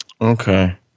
Okay